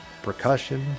Percussion